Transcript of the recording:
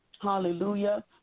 hallelujah